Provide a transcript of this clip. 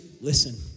listen